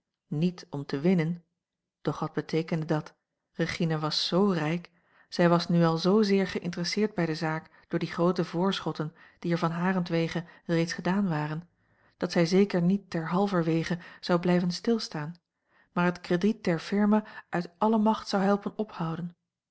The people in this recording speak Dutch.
niet om te winnen doch wat beteekende dat regina was z rijk zij was nu al zoozeer geïnteresseerd bij de zaak door die groote voorschotten die er van harentwege reeds gedaan waren dat zij zeker niet ter halverwege zou blijven stilstaan maar het krediet der firma uit alle macht zou helpen ophouden